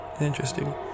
interesting